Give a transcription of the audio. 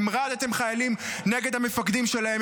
המרדתם חיילים נגד המפקדים שלהם,